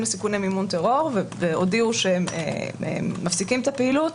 לסיכוני מימון טרור והודיעו שהם מפסיקים את הפעילות.